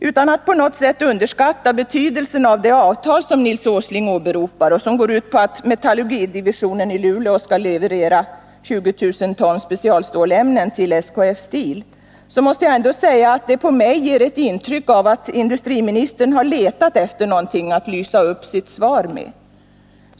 Utan att på något sätt underskatta betydelsen av det avtal som Nils Åsling åberopar, och som går ut på att metallurgidivisionen i Luleå skall leverera 20 000 ton specialstålämnen till SKF Steel, måste jag ändå säga att det på mig ger ett intryck av att industriministern har letat efter någonting att lysa upp sitt svar med.